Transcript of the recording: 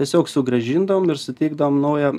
tiesiog sugrąžindavom ir suteikdavom naują